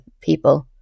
people